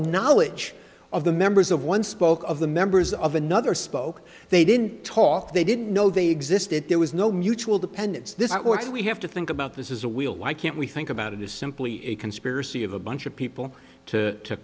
knowledge of the members of one spoke of the members of another spoke they didn't talk they didn't know they existed there was no mutual dependence this what do we have to think about this is a we'll why can't we think about it is simply a conspiracy of a bunch of people to